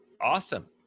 awesome